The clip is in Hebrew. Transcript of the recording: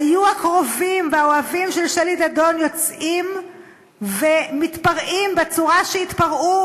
היו הקרובים והאוהבים של שלי דדון יוצאים ומתפרעים בצורה שהתפרעו